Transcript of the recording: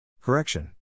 Correction